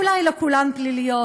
אולי לא כולן פליליות,